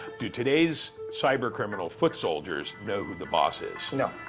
do today's cyber-criminal foot soldiers know who the boss is? no.